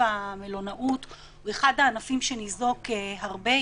המלונאות הוא אחד הענפים שניזוק הרבה,